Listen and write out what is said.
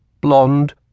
Blonde